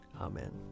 Amen